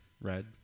red